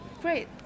Great